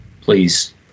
please